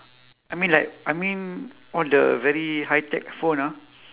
I mean like I mean all the very high tech phone ah